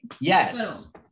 yes